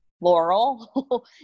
Laurel